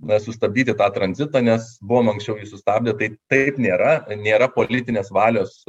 na sustabdyti tą tranzitą nes buvom anksčiau jį sustabdę tai taip nėra nėra politinės valios